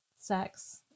sex